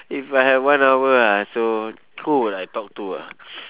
if I had one hour ah so who would I talk to ah